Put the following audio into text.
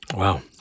Wow